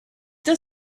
they